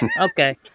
Okay